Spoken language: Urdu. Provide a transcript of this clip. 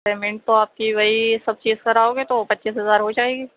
پیمینٹ تو آپ کی وہی سب چیز کراؤ گے تو پچیس ہزار ہو جائے گی